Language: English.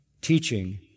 teaching